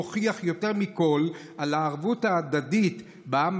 מוכיח יותר מכול את הערבות ההדדית בעם